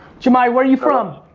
jamai, where you from?